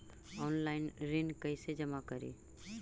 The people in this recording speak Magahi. ऑनलाइन ऋण कैसे जमा करी?